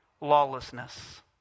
lawlessness